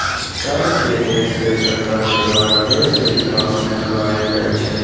कर के देश के सरकार के द्वारा देश के विकास में लगाएल जाइ छइ